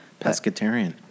pescatarian